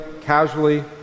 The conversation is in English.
casually